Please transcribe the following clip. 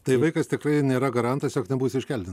tai vaikas tikrai nėra garantas jog nebus iškeldin